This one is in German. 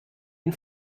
den